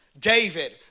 David